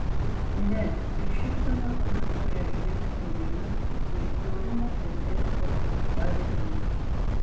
ne tik šypsena komentuoja žvilgsnį į vilnių iš bjaurumo estetikos paribių